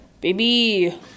Baby